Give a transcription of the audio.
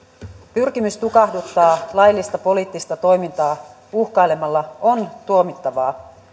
pyrkimys tukahduttaa laillista poliittista toimintaa uhkailemalla on tuomittavaa